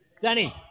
Danny